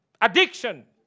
addiction